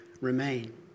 remain